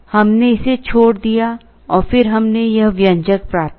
हमने इसे छोड़ दिया और फिर हमने यह व्यंजक प्राप्त किया